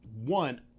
one